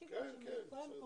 כן, כן, בסדר.